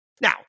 Now